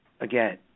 again